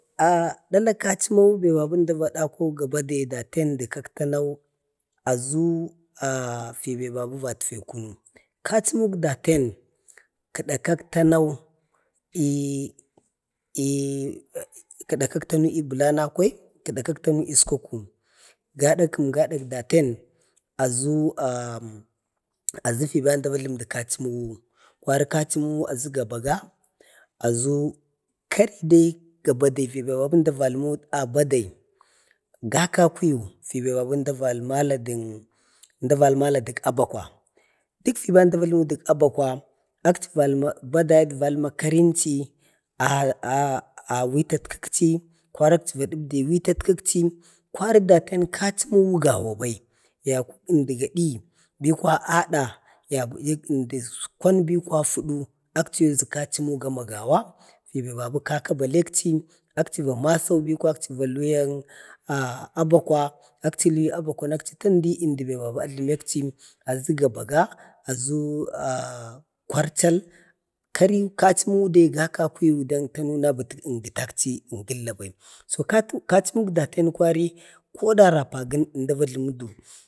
dala kachimau be babu əmda va dakau ga bade daten də kak təmau aʒu fi babu vatfi kunu. kachimok daten kəda kak tanau kəda kak tanau i belanna kwai, kəda kak tanu i uskwakwai. gadakəm, gadak daten aʒu aʒu fiʒa əmda va jlumudu kachimau. kwari kachimau aʒu gabaga, aʒu kari dai gabadu aʒu fiʒa əmda vajlumudu kachmau, ʒmda valma də abakwa, akchi val ma, badayak valma karinchi witatkwəkchi, kwari akchi da dəbdi i witalkəkchi. kwari daten kachimau gawa bai, əmda gadi bi kwaya ada yabayi əmdi kwanbi fudu, akchi ʒa yau kachim gama gawa, babu kaka balekchi. akchi va masaubi ko akchi va luyan abakwa akchi luyu abakwana akchi tandi i əmdebe ajləmikchi, anchi azuba gabaga aʒu kwarchal kwari kachimau dai kaka kwiyu əmda dai kachimok daten kwari koda rapagən əmda vajlumu du